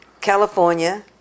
California